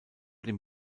den